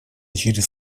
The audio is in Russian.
через